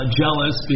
jealous